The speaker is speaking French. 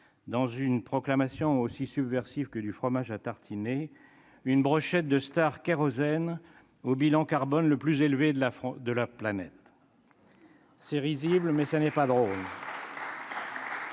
dans une proclamation aussi subversive que du fromage à tartiner, une brochette de stars « kérosène » au bilan carbone le plus élevé de la planète. C'est risible, mais ce n'est pas drôle